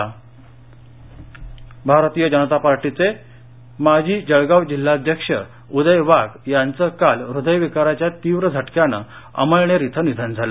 निधन भारतीय जनता पार्टीचे माजी जळगाव जिल्हाध्यक्ष उदय वाघ यांचं काल हृदयविकाराच्या तीव्र झटक्यानं अमळनेर इथं निधन झालं